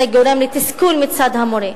זה גורם לתסכול מצד המורה,